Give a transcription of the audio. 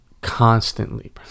constantly